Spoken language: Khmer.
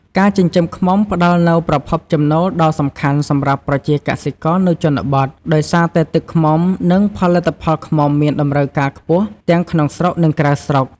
ការចិញ្ចឹមឃ្មុំផ្តល់នូវប្រភពចំណូលដ៏សំខាន់សម្រាប់ប្រជាកសិករនៅជនបទ ដោយសារតែទឹកឃ្មុំ និងផលិតផលឃ្មុំមានតម្រូវការខ្ពស់ទាំងក្នុងស្រុក និងក្រៅស្រុក។